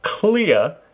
clear